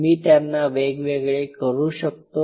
मी त्यांना वेगवेगळे करू शकतो